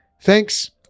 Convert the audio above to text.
thanks